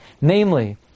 Namely